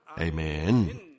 Amen